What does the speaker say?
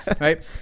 Right